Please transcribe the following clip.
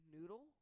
Noodle